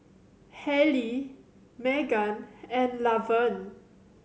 Halley Meaghan and Lavern